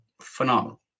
phenomenal